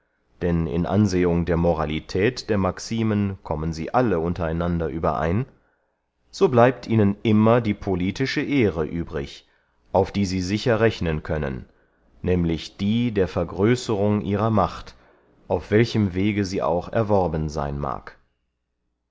denn in ansehung der moralität der maximen kommen sie alle unter einander überein so bleibt ihnen immer die politische ehre übrig auf die sie sicher rechnen können nämlich die der vergrößerung ihrer macht auf welchem wege sie auch erworben seyn mag